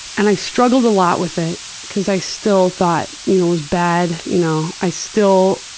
and i struggled a lot with it because i still thought you know it was bad. you know i still,